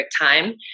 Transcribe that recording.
time